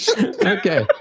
okay